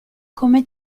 come